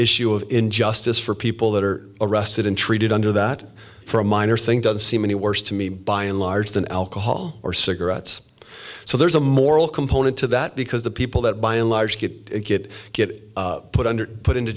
issue of injustice for people that are arrested and treated under that for a minor thing doesn't seem any worse to me by and large than alcohol or cigarettes so there's a moral component to that because the people that by and large get get get put under put into